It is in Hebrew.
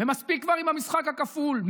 ומספיק כבר עם המשחק הכפול,